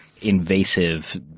Invasive